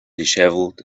dishevelled